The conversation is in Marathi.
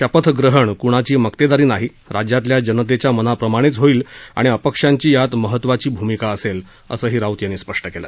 शपथ ग्रहण कोणाची मक्तेदारी नाही राज्यातल्या जनतेच्या मनाप्रमाणेच होईल आणि अपक्षांची यात महत्वाची भूमिका असेल असं राऊत म्हणाले